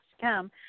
come